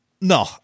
no